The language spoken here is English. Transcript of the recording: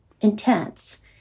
intense